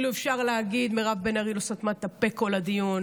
כאילו אפשר להגיד: מירב בן ארי לא סתמה את הפה כל הדיון.